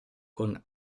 con